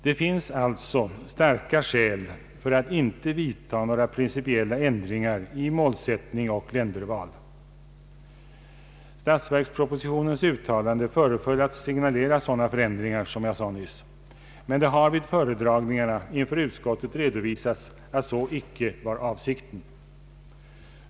Det finns alltså starka skäl att icke vidta några principiella ändringar i målsättning och länderval. Statsverkspropositionens uttalande föreföll att signalera sådana förändringar, men det har vid föredragningarna inför utskottet redovisats att så icke var avsikten.